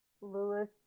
lewis